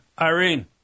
Irene